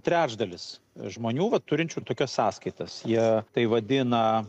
trečdalis žmonių va turinčių tokias sąskaitas jie tai vadina